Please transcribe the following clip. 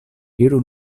iru